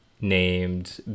named